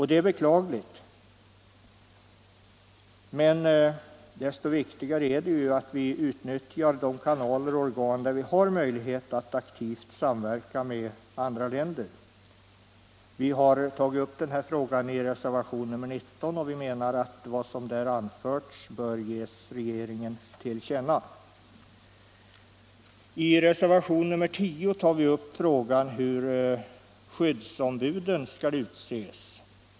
Det är beklagligt, men desto viktigare är det att vi utnyttjar de kanaler och organ där vi har möjlighet att aktivt samverka med andra länder. Vi har tagit upp frågan i reservationen 19. Vi menar att vad som där anförts bör ges regeringen till känna. I reservationen 10 tar vi upp frågan, hur skyddsombuden skall utses.